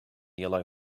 yellow